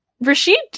Rashid